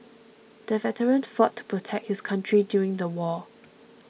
the veteran fought to protect his country during the war